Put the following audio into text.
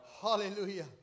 Hallelujah